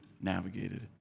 navigated